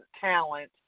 talent